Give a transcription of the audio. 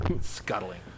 Scuttling